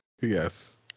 yes